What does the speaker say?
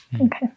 Okay